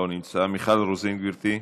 לא נמצא, מיכל רוזין, גברתי,